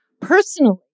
Personally